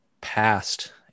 past